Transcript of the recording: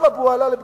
ואבו עלא,